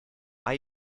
are